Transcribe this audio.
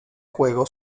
juego